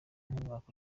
nk’umwaka